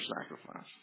sacrifice